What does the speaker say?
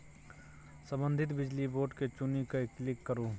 संबंधित बिजली बोर्ड केँ चुनि कए क्लिक करु